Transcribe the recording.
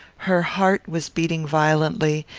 her heart was beating violently,